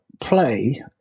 Play